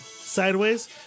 Sideways